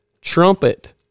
trumpet